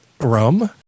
rum